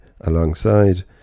alongside